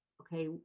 Okay